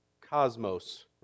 cosmos